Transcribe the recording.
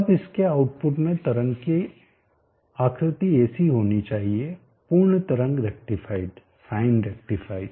अब इसके आउटपुट में तरंग की आकृति ऐसी होनी चाहिए पूर्ण तरंग रेक्टीफाईडसाइन रेक्टीफाईड